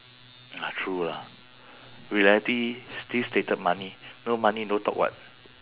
ah true lah reality still stated money no money no talk [what]